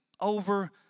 over